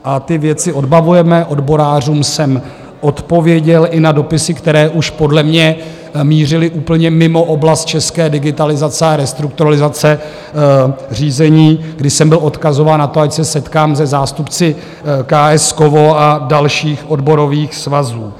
A ty věci odbavujeme, odborářům jsem odpověděl i na dopisy, které už podle mě mířily úplně mimo oblast české digitalizace a restrukturalizace řízení, když jsem byl odkazován na to, ať se setkám se zástupci KSkovo a dalších odborových svazů.